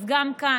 אז גם כאן,